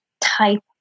type